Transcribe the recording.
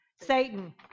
Satan